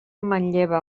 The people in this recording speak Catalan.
manlleva